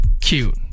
cute